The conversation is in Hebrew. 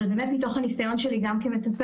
אבל באמת מתוך הניסיון שלי גם כמטפלת,